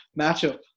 matchup